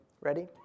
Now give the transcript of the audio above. Ready